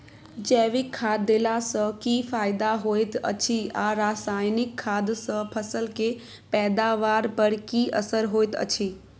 जैविक खाद देला सॅ की फायदा होयत अछि आ रसायनिक खाद सॅ फसल के पैदावार पर की असर होयत अछि?